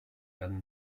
dann